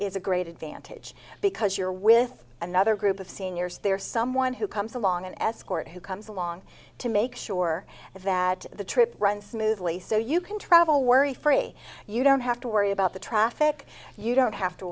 is a great advantage because you're with another group of seniors there someone who comes along an escort who comes along to make sure that the trip runs smoothly so you can travel worry free you don't have to worry about the traffic you don't have to